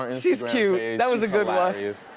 um she's cute, that was a good like